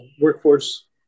workforce